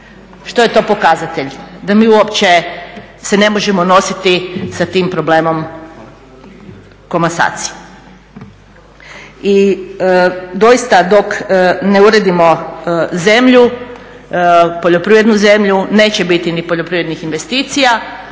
Što je to pokazatelj? Da mi uopće se ne možemo nositi sa tim problemom komasacije. I doista dok ne uredimo zemlju, poljoprivrednu zemlju neće biti ni poljoprivrednih investicija,